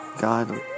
God